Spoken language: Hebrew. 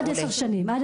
עד עשר שנים.